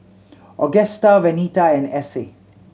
Augusta Venita and Essie